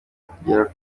kongera